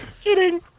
Kidding